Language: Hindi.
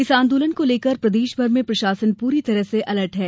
इस आंदोलन को लेकर प्रदेशमर में प्रशासन पूरी तरह से अलर्ट है